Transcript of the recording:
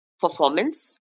performance